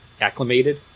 acclimated